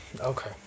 Okay